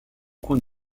coins